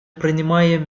принимаем